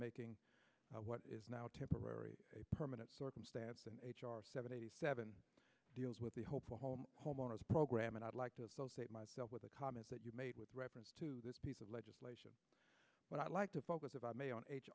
making what is now temporary a permanent circumstance and h r seventy seven deals with the hope for home homeowners program and i'd like to associate myself with the comments that you made with reference to this piece of legislation what i'd like to focus of i may on h